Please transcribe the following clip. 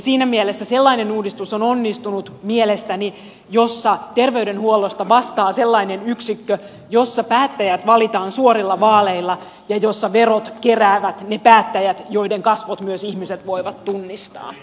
siinä mielessä mielestäni sellainen uudistus on onnistunut jossa terveydenhuollosta vastaa sellainen yksikkö jossa päättäjät valitaan suorilla vaaleilla ja jossa verot keräävät ne päättäjät joiden kasvot ihmiset voivat myös tunnistaa